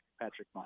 Patrick